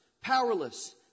powerless